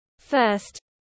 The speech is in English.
first